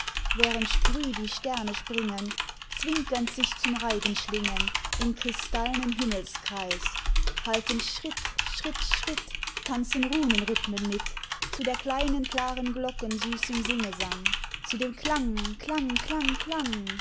während sprüh die sterne springen zwinkernd sich zum reigen schlingen im kristallnen himmelskreis halten schritt schritt schritt tanzen runenrhythmen mit zu der kleinen klaren glocken süßem singesang zu dem klang klang klang klang